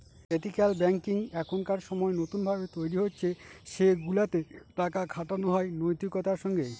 ethical banking এখনকার সময় নতুন ভাবে তৈরী হচ্ছে সেগুলাতে টাকা খাটানো হয় নৈতিকতার সঙ্গে